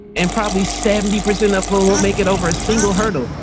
and probably seventy percent of them won't make it over a single hurdle,